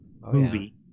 movie